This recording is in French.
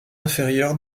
inférieur